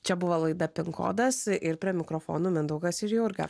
čia buvo laida pin kodas ir prie mikrofono mindaugas ir jurga